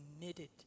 committed